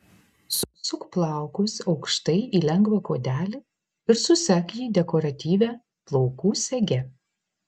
susuk plaukus aukštai į lengvą kuodelį ir susek jį dekoratyvia plaukų sege